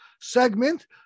segment